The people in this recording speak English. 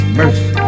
mercy